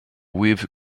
with